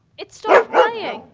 it stopped playing!